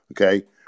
Okay